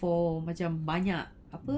for macam banyak apa